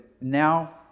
now